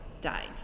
died